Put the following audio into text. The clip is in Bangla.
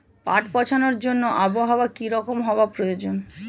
পাট পচানোর জন্য আবহাওয়া কী রকম হওয়ার প্রয়োজন?